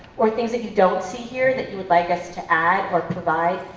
or things that you don't see here that you would like us to add or provide,